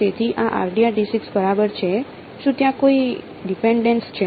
તેથી આ બરાબર છે શું ત્યાં કોઈ ડીપેનડેન્સ છે